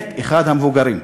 מת אחד המבוגרים.